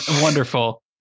Wonderful